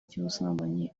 cy’ubusambanyi